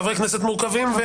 חברי כנסת מורכבים.